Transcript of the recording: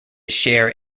share